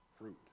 Fruit